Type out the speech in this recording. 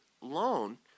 loan